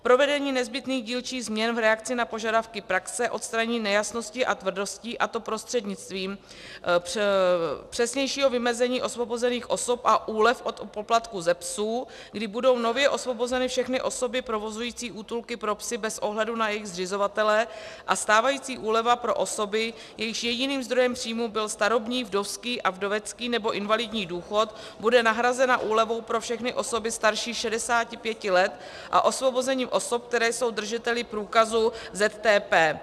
Provedení nezbytných dílčích změn v reakci na požadavky praxe, odstranění nejasností a tvrdostí, a to prostřednictvím přesnějšího vymezení osvobozených osob a úlev od poplatku ze psů, kdy budou nově osvobozeny všechny osoby provozující útulky pro psy bez ohledu na jejich zřizovatele, a stávající úleva pro osoby, jejichž jediným zdrojem příjmu byl starobní, vdovský a vdovecký nebo invalidní důchod, bude nahrazena úlevou pro všechny osoby starší 65 let a osvobozením osob, které jsou držiteli průkazu ZTP.